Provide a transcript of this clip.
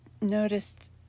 noticed